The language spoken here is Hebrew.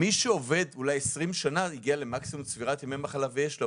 מי שעובד מעל 20 שנים הגיע למקסימים של צבירת ימי מחלה ויש לו,